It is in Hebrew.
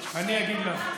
אני אגיד לך.